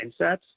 mindsets